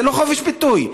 זה לא חופש ביטוי.